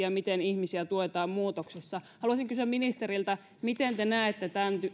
ja miten ihmisiä tuetaan muutoksessa haluaisin kysyä ministeriltä miten te näette